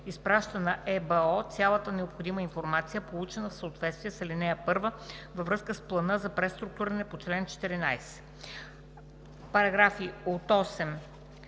изпраща на ЕБО цялата необходима информация, получена в съответствие с ал. 1 във връзка с плана за преструктуриране по чл. 14.“ Комисията